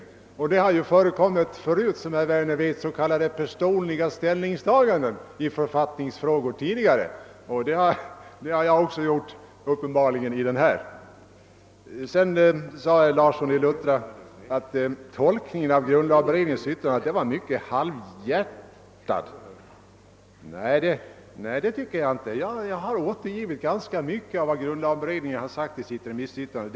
Som herr Werner vet har det tidigare förekommit s.k. personliga ställningstaganden i författningsfrågor; jag har själv gjort ett sådant ställningstagande i detta fall. Sedan sade herr Larsson i Luttra att grundlagberedningens yttrande var halvhjärtat. Nej, det tycker jag inte. Jag har återgivit ganska mycket av vad grundlagberedningen sagt i sitt remissyttrande.